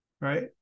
Right